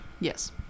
Yes